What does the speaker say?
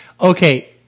Okay